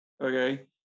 okay